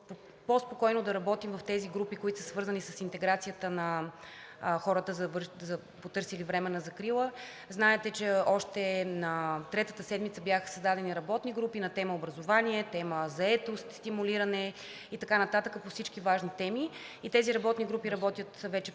по-спокойно да работим в тези групи, които са свързани с интеграцията на хората, потърсили временна закрила. Знаете, че още на третата седмица бяха създадени работни групи на тема „Образование“, тема „Заетост и стимулиране“ и така нататък по всички важни теми. Тези работни групи работят вече